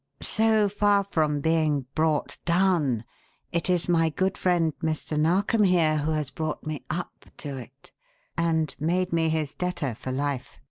so far from being brought down it is my good friend, mr. narkom here, who has brought me up to it and made me his debtor for life.